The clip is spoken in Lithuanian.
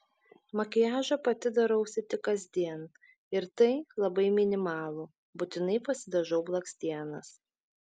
makiažą pati darausi tik kasdien ir tai labai minimalų būtinai pasidažau blakstienas